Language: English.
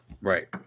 Right